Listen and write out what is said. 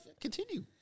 Continue